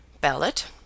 Ballot